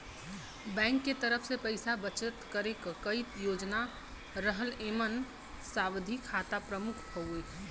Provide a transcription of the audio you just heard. bank के तरफ से पइसा बचत करे क कई योजना रहला एमन सावधि खाता प्रमुख हउवे